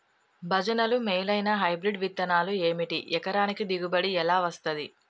భజనలు మేలైనా హైబ్రిడ్ విత్తనాలు ఏమిటి? ఎకరానికి దిగుబడి ఎలా వస్తది?